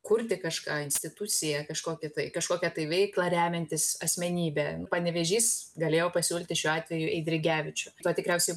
kurti kažką instituciją kažkokį tai kažkokią tai veiklą remiantis asmenybe panevėžys galėjo pasiūlyti šiuo atveju eidrigevičių tuo tikriausiai